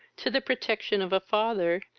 to the protection of a father,